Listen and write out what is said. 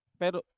pero